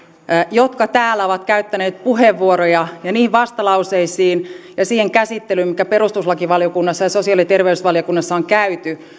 jotka täällä ovat käyttäneet puheenvuoroja ja niihin vastalauseisiin ja siihen käsittelyyn mikä perustuslakivaliokunnassa ja sosiaali ja terveysvaliokunnassa on käyty